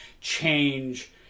change